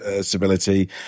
stability